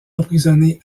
emprisonné